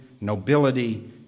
nobility